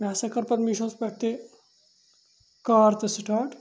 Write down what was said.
مےٚ ہَسا کٔر پَتہٕ میٖشوس پٮ۪ٹھ تہِ کار تہٕ سٔٹاٹ